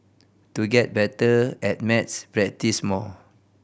to get better at maths practise more